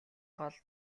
гол